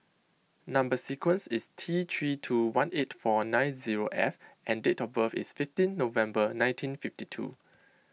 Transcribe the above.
Number Sequence is T three two one eight four nine zero F and date of birth is fifteen November nineteen fifty two